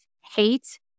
hate